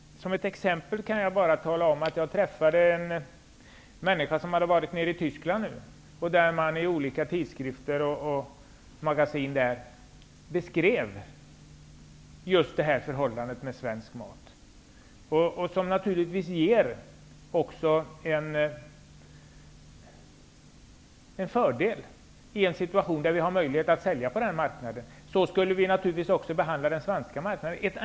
Som ett exempel kan jag tala om att jag träffat en person som nyss varit i Tyskland och som berättade att man där i olika tidskrifter och magasin beskrev förhållandena inom svensk matproduktion. Det ger naturligtvis en fördel i en situation då vi har möjlighet att sälja på den marknaden. Så borde vi naturligtvis också göra på den svenska marknaden.